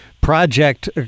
project